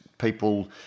People